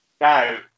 now